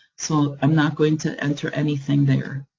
so i'm not going to enter anything there.